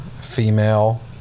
female